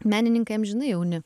menininkai amžinai jauni